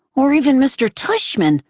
or even mr. tushman,